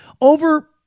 over